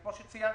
כמו שציינת,